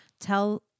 Tell